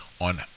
on